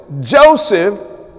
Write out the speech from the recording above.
Joseph